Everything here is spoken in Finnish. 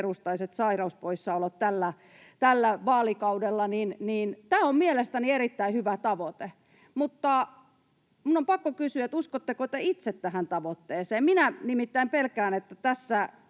sairauspoissaolot tällä vaalikaudella. Tämä on mielestäni erittäin hyvä tavoite, mutta minun on pakko kysyä, että uskotteko te itse tähän tavoitteeseen. Minä nimittäin pelkään, että tässä